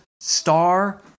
star